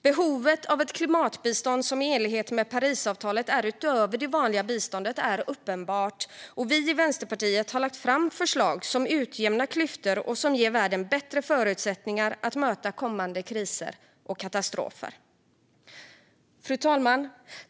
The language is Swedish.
Behovet av ett klimatbistånd som i enlighet med Parisavtalet ligger utöver det vanliga biståndet är uppenbart, och vi i Vänsterpartiet har lagt fram förslag som utjämnar klyftor och som ger världen bättre förutsättningar att möta kommande kriser och katastrofer. Fru talman!